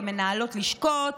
כמנהלות לשכות,